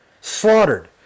slaughtered